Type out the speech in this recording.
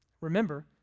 Remember